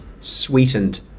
sweetened